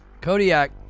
Kodiak